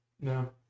No